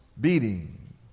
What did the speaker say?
beating